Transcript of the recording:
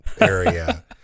area